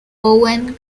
owen